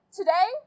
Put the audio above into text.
Today